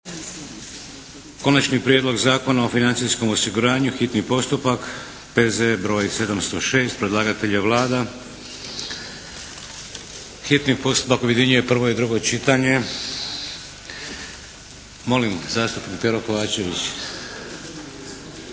Konačni prijedlog Zakona o financijskom osiguranju, hitni postupak - prvo i drugo čitanje P.Z.E. br. 706 Predlagatelj je Vlada. Hitni postupak objedinjuje prvo i drugo čitanje. Molim zastupnik Pero Kovačević.